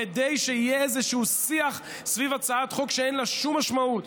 כדי שיהיה איזשהו שיח סביב הצעת חוק שאין לה שום משמעות,